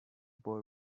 boy